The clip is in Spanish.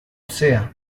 sea